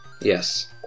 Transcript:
Yes